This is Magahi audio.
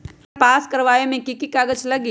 एकर पास करवावे मे की की कागज लगी?